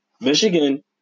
Michigan